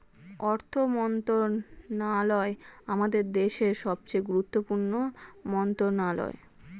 অর্থ মন্ত্রণালয় আমাদের দেশের সবচেয়ে গুরুত্বপূর্ণ মন্ত্রণালয়